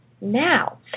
Now